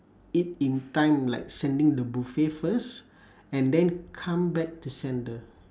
it in time like sending the buffet first and then come back to send the